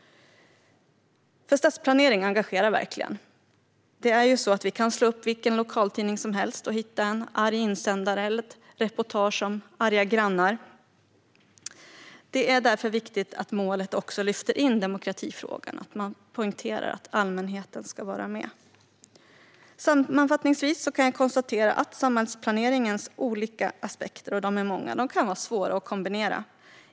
Stadsplanering engagerar verkligen. Vi kan slå upp vilken lokaltidning som helst och hitta en arg insändare eller ett reportage om arga grannar. Det är därför viktigt att demokratifrågorna lyfts in i målet, att man poängterar att allmänheten ska vara med. Sammanfattningsvis konstaterar jag att samhällsplaneringens många olika aspekter kan vara svåra att kombinera.